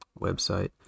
website